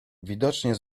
widocznie